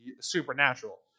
supernatural